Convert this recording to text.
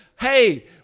hey